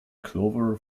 clover